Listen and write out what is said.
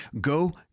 go